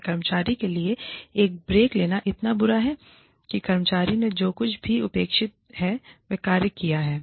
क्या कर्मचारी के लिए एक ब्रेक लेना इतना बुरा है कि कर्मचारी ने जो कुछ भी अपेक्षित है वह कार्य किया है